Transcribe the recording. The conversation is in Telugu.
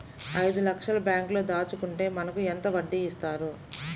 ఐదు లక్షల బ్యాంక్లో దాచుకుంటే మనకు ఎంత వడ్డీ ఇస్తారు?